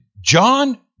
John